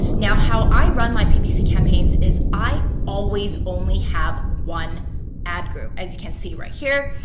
now, how i run my ppc campaigns is i always only have one ad group. as you can see right here,